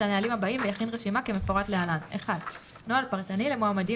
הנהלים הבאים ויכין רשימה כמפורט להלן: (1) נוהל פרטני למועמדים